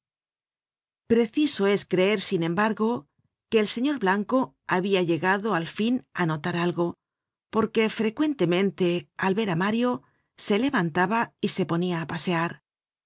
preciso es creer sin embargo que el señor blanco habia llegado al fin á notar algo porque frecuentemente al ver á mario se levantaba y se ponia á pasear